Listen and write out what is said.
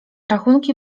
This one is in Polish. rachunki